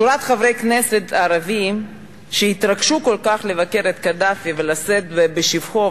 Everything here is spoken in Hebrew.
שורת חברי הכנסת הערבים שהתרגשו כל כך לבקר את קדאפי ולשאת בשבחו,